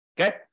Okay